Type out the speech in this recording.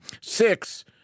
Six